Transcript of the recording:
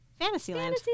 Fantasyland